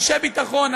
אנשי ביטחון,